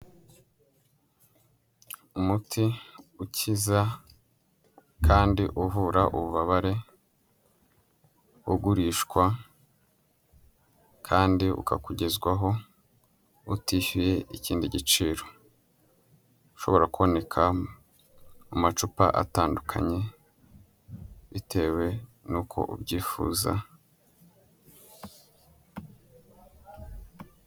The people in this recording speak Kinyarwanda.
Umuti ukiza kandi uvura ububabare, ugurishwa kandi ukakugezwaho utishyuye ikindi giciro, ushobora kuboneka mu macupa atandukanye bitewe n'uko ubyifuza.